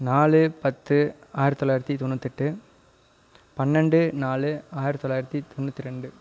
நாலு பத்து ஆயிரத்து தொள்ளாயிரத்து தொண்ணூற்தெட்டு பன்னெண்டு நாலு ஆயிரத்து தொள்ளாயிரத்து தொண்ணூற்றி ரெண்டு